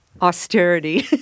Austerity